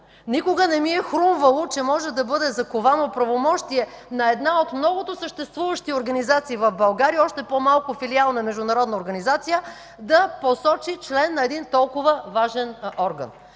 Никога не ми е хрумвало, че може да бъде заковано правомощие на една от многото съществуващи организации в България, още по-малко филиал на международна организация, да посочи член на един толкова важен орган.